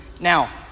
Now